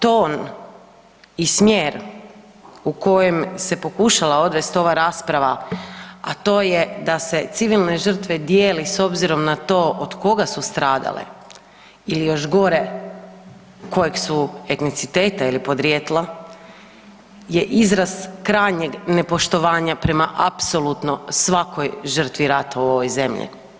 Ton i smjer u kojem se pokušala odvest ova rasprava, a to je da se civilne žrtve dijeli s obzirom na to od koga su stradale ili još gore kojeg su etniciteta ili podrijetla je izraz krajnjeg nepoštovanja prema apsolutno svakoj žrtvi rata u ovoj zemlji.